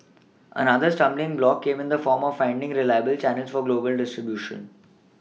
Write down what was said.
another stumbling block came in the form of finding reliable Channels for global distribution